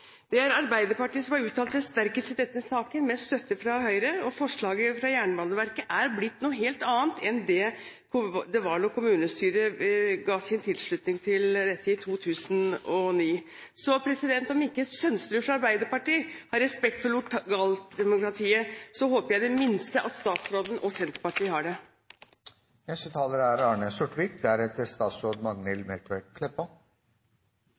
Det er Arbeiderpartiet som har uttalt seg sterkest i denne saken – med støtte fra Høyre – og forslaget fra Jernbaneverket er blitt noe helt annet enn det det var da kommunestyret ga sin tilslutning i 2009. Så om ikke Sønsterud fra Arbeiderpartiet har respekt for lokaldemokratiet, håper jeg i det minste at statsråden og Senterpartiet har det. Representanten Arne